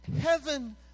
Heaven